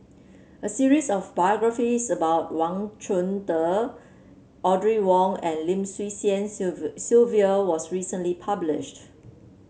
a series of biographies about Wang Chunde Audrey Wong and Lim Swee Lian Sylvia was recently published